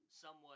somewhat